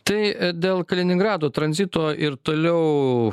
tai dėl kaliningrado tranzito ir toliau